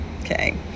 Okay